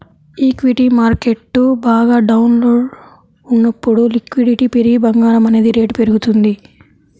equity market బాగా డౌన్లో ఉన్నప్పుడు లిక్విడిటీ పెరిగి బంగారం అనేది రేటు పెరుగుతుంది